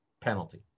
penalty